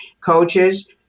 coaches